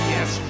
Yes